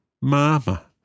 Mama